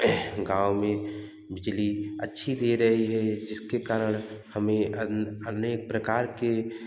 गाँव में बिजली अच्छी दे रही है जिससे कारण हमें अनेक प्रकार के